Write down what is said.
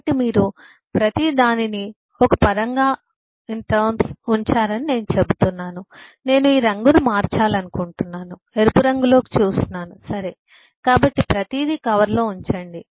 కాబట్టి మీరు ప్రతిదానిని ఒక పరంగా ఉంచారని నేను చెబుతున్నాను నేను ఈ రంగును మార్చాలనుకుంటున్నాను ఎరుపు రంగులోకి చూస్తున్నాను సరే కాబట్టి ప్రతిదీ కవరులో ఉంచండి